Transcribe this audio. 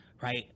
right